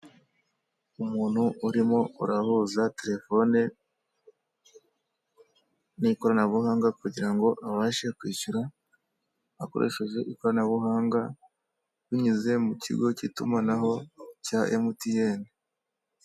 Umuntu urimo urahuza telefone n'ikoranabuhanga kugira ngo abashe kwishyura akoreshejwe ikoranabuhanga binyuze mu kigo cy'itumanaho cya emutiyene.